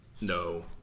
No